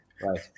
Right